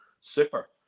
Super